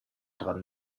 dran